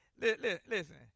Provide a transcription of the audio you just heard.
Listen